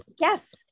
Yes